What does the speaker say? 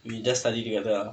we just study together